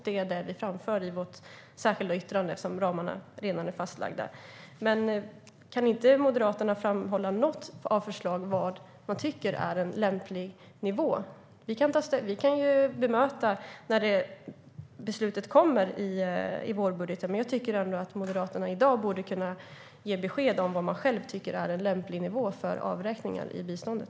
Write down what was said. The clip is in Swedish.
Det är det vi framför i vårt särskilda yttrande, som ramarna redan är fastlagda. Kan inte Moderaterna framhålla något förslag på vad man tycker är en lämplig nivå? När beslutet kommer i vårbudgeten kan vi ju bemöta det, men jag tycker ändå att Moderaterna i dag borde kunna ge besked om vad de själva tycker är en lämplig nivå för avräkningar i biståndet.